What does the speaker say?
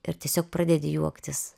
ir tiesiog pradedi juoktis